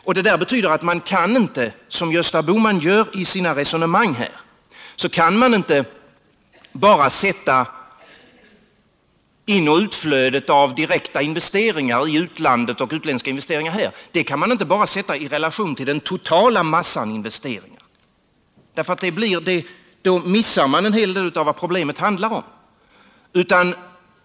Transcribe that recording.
Man kan därför inte, som Gösta Bohman gör i sina resonemang, bara sätta utflödet av direkta investeringar i utlandet och inflödet av utländska investeringar här i relation till den totala massan av investeringar. Då missar man en hel del av vad problemet handlar om.